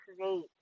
create